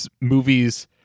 movies